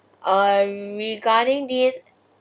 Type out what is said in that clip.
err regarding this